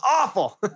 awful